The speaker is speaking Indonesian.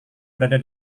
berada